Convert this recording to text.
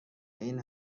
این